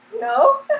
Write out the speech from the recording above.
No